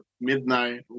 midnight